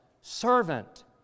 servant